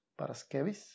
Paraskevis